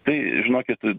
tai žinokit